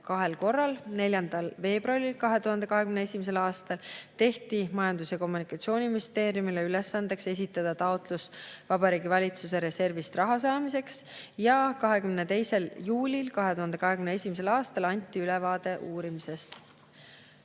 korral. 4. veebruaril 2021. aastal tehti Majandus- ja Kommunikatsiooniministeeriumile ülesandeks esitada taotlus Vabariigi Valitsuse reservist raha saamiseks ja 22. juulil 2021. aastal anti ülevaade uurimisest.